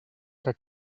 que